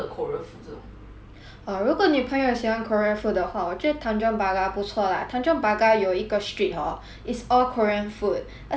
orh 如果你朋友喜欢 korea food 的话我觉得 tanjong pagar 不错 lah tanjong pagar 有一个 street hor is all korean food 而且他 special 的点是 orh